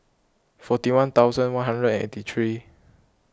forty one thousand one hundred and eighty three